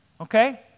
okay